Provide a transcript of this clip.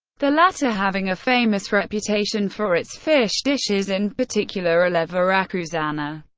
the latter having a famous reputation for its fish dishes, in particular a la veracruzana.